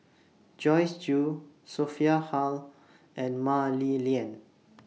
Joyce Jue Sophia Hull and Mah Li Lian